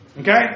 Okay